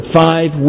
five